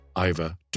Iva